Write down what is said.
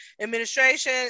administration